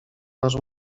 nasz